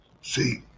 See